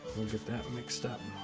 we'll get that mixed up,